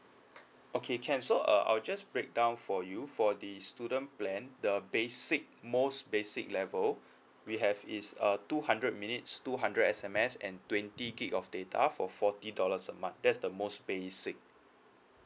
okay can so uh I'll just break down for you for the student plan the basic most basic level we have is uh two hundred minutes two hundred S_M_S and twenty gig of data for forty dollars a month that's the most basic